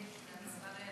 כן.